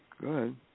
Good